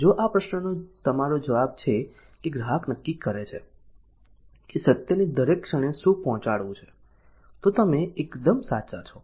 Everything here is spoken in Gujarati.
જો આ પ્રશ્નનો તમારો જવાબ છે કે ગ્રાહક નક્કી કરે છે કે સત્યની દરેક ક્ષણે શું પહોંચાડવું છે તો તમે એકદમ સાચા છો